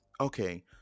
okay